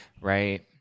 Right